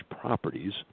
properties